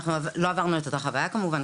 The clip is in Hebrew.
אנחנו לא עברנו את אותה חוויה כמובן.